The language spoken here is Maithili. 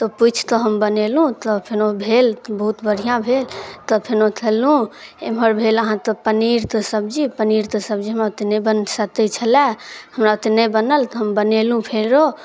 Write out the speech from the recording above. तऽ पुछि कऽ हम बनेलहुँ तऽ फेनो भेल बहुत बढ़िआँ भेल तऽ फेनो खेलहुँ एमहर भेल अहाँके पनीरके सब्जी पनीरके सब्जी हमरा बुते नहि बनि सकै छल हमरा बुते नहि बनल तऽ हम बनेलहुँ फेरो